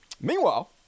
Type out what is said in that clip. Meanwhile